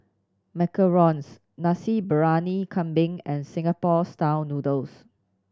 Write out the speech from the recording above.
macarons Nasi Briyani Kambing and Singapore Style Noodles